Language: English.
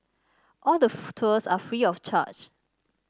all the tours are free of charge